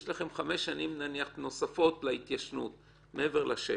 יש לכם חמש שנים נוספות להתיישנות מעבר לשש.